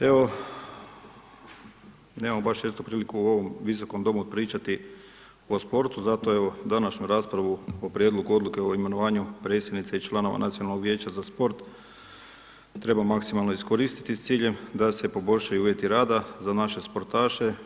Evo, nemamo baš često priliku u ovom visokom domu pričati o sportu, zato evo, današnju raspravu o prijedlogu odluke o imenovanju predsjednice i članova Nacionalnog vijeća za sport treba maksimalno iskoristiti s ciljem da se poboljšaju uvjeti rada za naše sportaše.